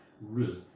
Ruth